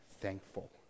thankful